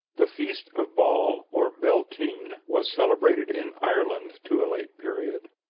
the feast of baal, or beltinne, was celebrated in ireland to a late period.